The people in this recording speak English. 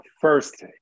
first